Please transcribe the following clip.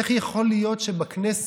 איך יכול להיות שבכנסת,